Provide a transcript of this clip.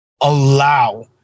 allow